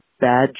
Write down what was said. bad